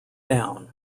down